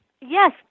Yes